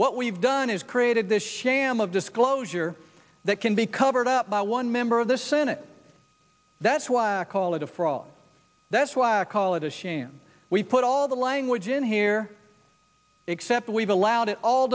what we've done is created this sham of disclosure that can be covered up by one member of the senate that's why i call it a for all that's why i call it a shame we put all the language in here except we've allowed it all